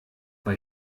bei